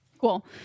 cool